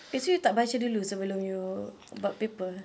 eh asal you tak baca dulu sebelum you buat paper